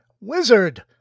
Wizard